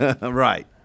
Right